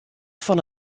fan